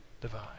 divine